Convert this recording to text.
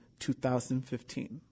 2015